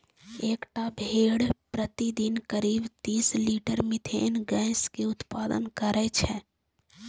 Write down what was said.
एकटा भेड़ प्रतिदिन करीब तीस लीटर मिथेन गैस के उत्पादन करै छै